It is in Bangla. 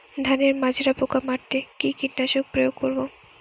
ধানের মাজরা পোকা মারতে কি কীটনাশক প্রয়োগ করব?